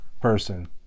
person